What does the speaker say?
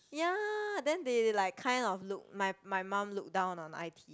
ya then they like kind of look my my mum look down on i_t_e